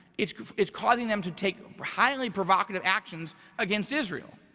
it's it's causing them to take highly provocative actions against israel.